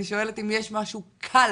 אני שואלת אם יש משהו קל.